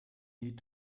need